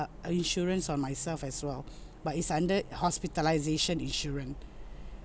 insurance on myself as well but it's under hospitalisation insurance